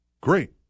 great